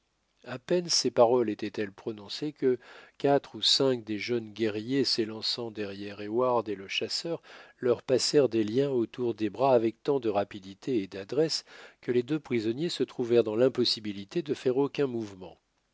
à peine ces paroles étaient-elles prononcées que quatre ou cinq des jeunes guerriers s'élançant derrière heyward et le chasseur leur passèrent des liens autour des bras avec tant de rapidité et d'adresse que les deux prisonniers se trouvèrent dans l'impossibilité de faire aucun mouvement